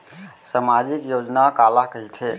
सामाजिक योजना काला कहिथे?